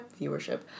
Viewership